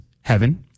heaven